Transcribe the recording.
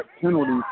penalties